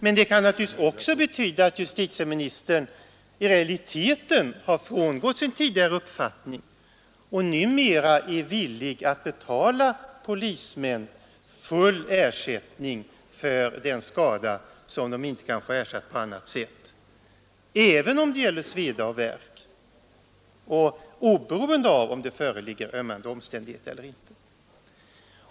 Men det kan naturligtvis också betyda att justitieministern i realiteten har frångått sin tidigare uppfattning och numera är villig att betala polismän full ersättning för den skada som de inte kan få ersatt på annat sätt, även om det gäller sveda och värk och oberoende av om det föreligger ömmande omständigheter eller inte.